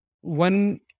one